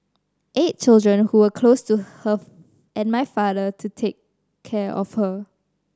eight children who were close to her and my father to take care of her